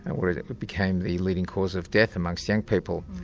and where it it but became the leading cause of death amongst young people.